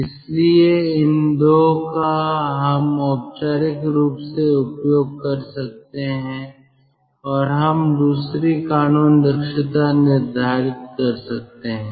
इसलिए इन 2 का हम औपचारिक रूप से उपयोग कर सकते हैं और हम दूसरी कानून दक्षता निर्धारित कर सकते हैं